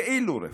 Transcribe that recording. כאילו-דמוקרטיה.